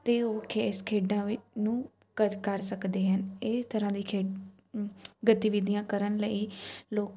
ਅਤੇ ਉਹ ਇਸ ਖੇਡਾਂ ਨੂੰ ਕਰ ਕਰ ਸਕਦੇ ਹੈ ਇਹ ਤਰ੍ਹਾਂ ਦੀ ਖੇਡ ਗਤੀਵਿਧੀਆਂ ਕਰਨ ਲਈ ਲੋਕ